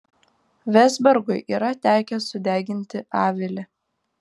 vezbergui yra tekę sudeginti avilį